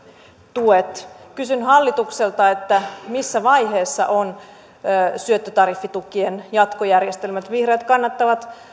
tuet kysyn hallitukselta missä vaiheessa ovat syöttötariffitukien jatkojärjestelmät vihreät kannattavat